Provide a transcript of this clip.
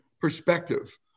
perspective